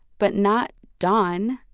but not don.